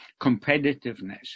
competitiveness